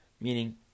Meaning